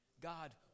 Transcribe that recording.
God